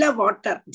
water